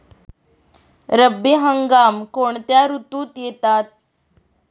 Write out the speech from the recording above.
रब्बी हंगाम कोणत्या ऋतूत येतात?